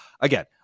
again